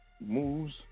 Moves